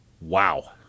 wow